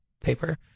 paper